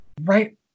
right